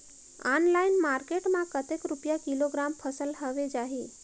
Online market मां कतेक रुपिया किलोग्राम फसल हवे जाही?